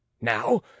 Now